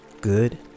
good